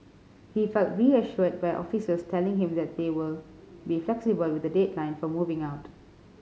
he felt reassured by officers telling him that they will be flexible with the deadline for moving out